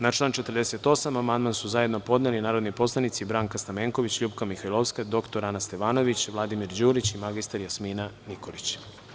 Na član 48. amandman su zajedno podneli narodni poslanici Branka Stamenković, LJupka Mihajlovska, dr Ana Stevanović, Vladimir Đurić i mr Jasmina Nikolić.